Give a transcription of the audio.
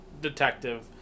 detective